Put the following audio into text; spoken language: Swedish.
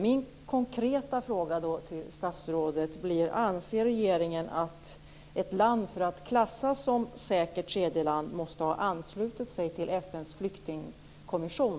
Min konkreta fråga till statsrådet är: Anser regeringen att ett land för att klassas som säkert tredje land måste ha anslutit sig till FN:s flyktingkommission?